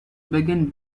begin